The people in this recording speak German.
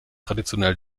traditionell